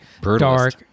dark